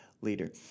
leader